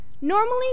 Normally